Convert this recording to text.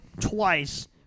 twice